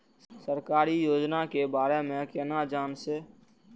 सरकारी योजना के बारे में केना जान से?